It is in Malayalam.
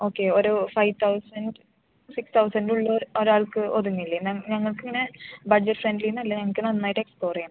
ഓക്കെ ഒരു ഫൈവ് തൗസൻഡ് സിക്സ് തൗസൻഡ് ഉള്ളിൽ ഒരാൾക്ക് ഒതുങ്ങില്ലേ മാം ഞങ്ങൾക്ക് ഇങ്ങനെ ബഡ്ജറ്റ് ഫ്രണ്ട്ലീന്ന് അല്ല ഞങ്ങൾക്ക് നന്നായിട്ട് എക്സ്പ്ലോറ് ചെയ്യണം